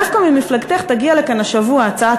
דווקא ממפלגתך תגיע לכאן השבוע הצעת